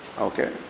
okay